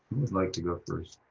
would like to go first?